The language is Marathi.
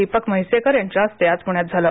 दीपक म्हैसेकरयांच्या हस्ते आज पुण्यात झालं